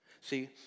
See